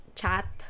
chat